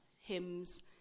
hymns